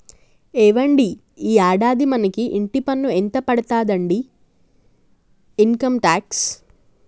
ఏవండి ఈ యాడాది మనకు ఇంటి పన్ను ఎంత పడతాదండి ఇన్కమ్ టాక్స్